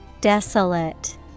desolate